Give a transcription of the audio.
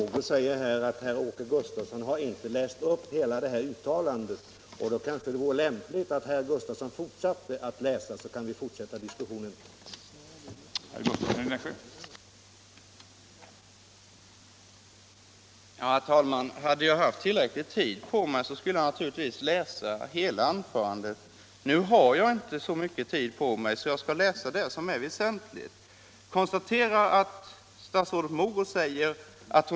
Fru Mogård säger till mig att Åke Gustavsson inte har läst upp hela det uttalande som det gäller, och därför vore det kanske lämpligt att herr Gustavsson gjorde detta, så kan vi fortsätta diskussionen sedan.